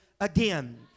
again